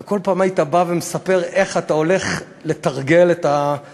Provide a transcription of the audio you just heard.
וכל פעם היית בא ומספר איך אתה הולך לתרגל את הקואליציה,